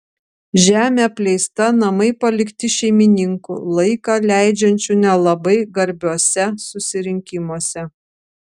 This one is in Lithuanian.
žemė apleista namai palikti šeimininkų laiką leidžiančių nelabai garbiuose susirinkimuose